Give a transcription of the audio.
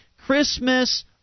Christmas